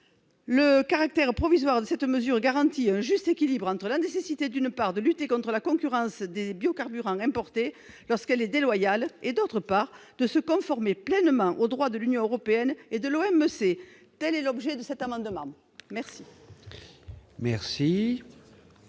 Le caractère provisoire de cette mesure garantit un juste équilibre entre la nécessité, d'une part, de lutter contre la concurrence des biocarburants importés lorsque celle-ci est déloyale et, d'autre part, de se conformer pleinement au droit de l'Union européenne et de l'Organisation mondiale du commerce.